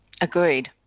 agreed